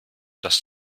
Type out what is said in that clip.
dass